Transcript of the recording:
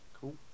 Cool